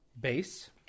base